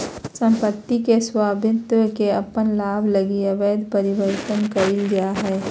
सम्पत्ति के स्वामित्व के अपन लाभ लगी अवैध परिवर्तन कइल जा हइ